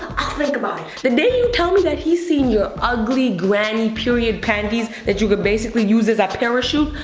i'll think about it. the day you tell me that he's seen your ugly, granny, period panties that you could basically use as a parachute,